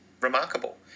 remarkable